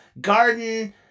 garden